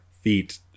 feet